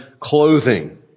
clothing